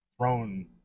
thrown